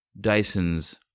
Dyson's